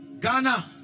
Ghana